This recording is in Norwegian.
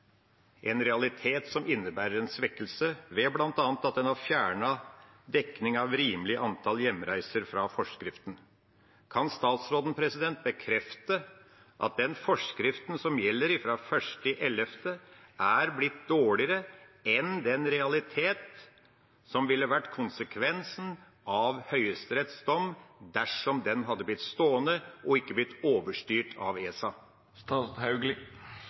som i realiteten innebærer en svekkelse, ved at en bl.a. har fjernet dekningen for «et rimelig antall hjemreiser» fra forskriften. Kan statsråden bekrefte at den forskriften som gjelder fra 1. november, er blitt dårligere enn det som i realiteten ville vært konsekvensen av Høyesteretts dom dersom den hadde blitt stående, og ikke hadde blitt overstyrt av